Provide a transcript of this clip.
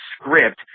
script